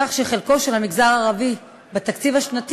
כך שחלקו של המגזר הערבי בתקציב השנתי